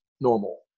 normal